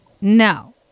no